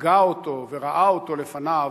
שהגה אותו וראה אותו לפניו,